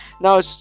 now